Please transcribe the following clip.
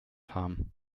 haben